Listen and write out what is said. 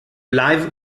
live